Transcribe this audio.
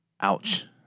Ouch